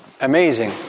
amazing